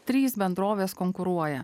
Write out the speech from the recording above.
trys bendrovės konkuruoja